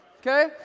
okay